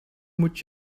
moet